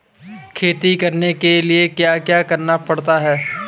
खेती करने के लिए क्या क्या करना पड़ता है?